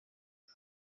tom